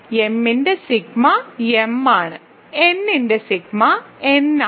m ന്റെ sigma m ആണ് n ന്റെ സിഗ്മ n ആണ്